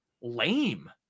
lame